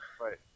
Right